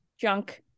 junk